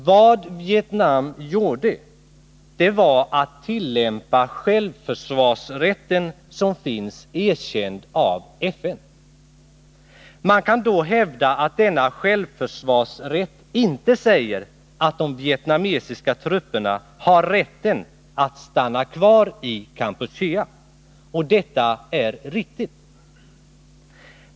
Vad Vietnam gjorde var att tillämpa självförsvarsrätten, som är erkänd av FN. Man kan då hävda att denna självförsvarsrätt inte säger att de vietnamesiska trupperna har rätt att stanna kvar i Kampuchea. Detta är riktigt.